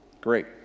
great